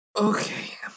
Okay